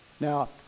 Now